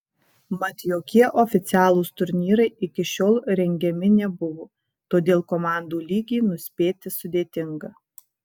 mat jokie oficialūs turnyrai iki šiol rengiami nebuvo todėl komandų lygį nuspėti sudėtinga